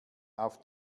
auf